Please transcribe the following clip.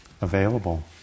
available